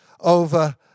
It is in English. over